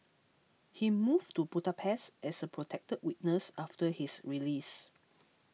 he moved to Budapest as a protected witness after his release